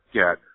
get